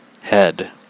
head